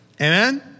Amen